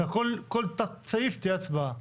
שכל תת סעיף תהיה הצבעה.